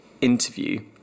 interview